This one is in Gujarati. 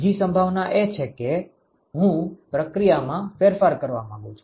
બીજી સંભાવના એ છે કે હું પ્રક્રિયામાં ફેરફાર કરવા માંગુ છું